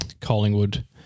Collingwood